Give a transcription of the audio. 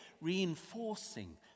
reinforcing